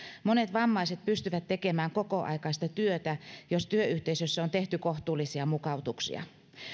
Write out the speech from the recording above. monet vammaiset pystyvät tekemään kokoaikaista työtä jos työyhteisössä on tehty kohtuullisia mukautuksia